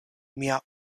mia